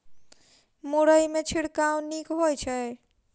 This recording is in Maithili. मुरई मे छिड़काव नीक होइ छै?